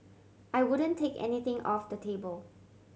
I wouldn't take anything off the table